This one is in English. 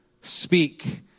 speak